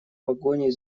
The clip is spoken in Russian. погоней